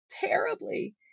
terribly